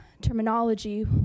terminology